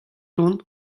tont